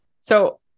So-